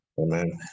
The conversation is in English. Amen